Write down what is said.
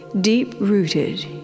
Deep-rooted